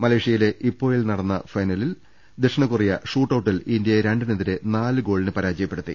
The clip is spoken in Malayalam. മലേഷ്യയിലെ ഇപ്പോയിൽ നടന്ന ഫൈനലിൽ ദക്ഷിണ കൊറിയ ഷൂട്ടൌട്ടിൽ ഇന്ത്യയെ രണ്ടിനെതിരെ നാല് ഗോളിന് പരാജയപ്പെടു ത്തി